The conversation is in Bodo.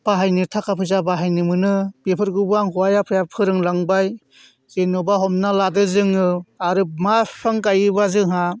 बाहायनो थाखा फैसा बाहायनो मोनो बेफोरखौबो आंखौ आइ आफाया फोरोंलांबाय जेन'बा हमना लादो जोङो आरो मा बिफां गायोब्ला जोंहा